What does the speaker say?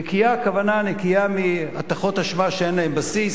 נקייה, הכוונה נקייה מהטחות אשמה שאין להן בסיס,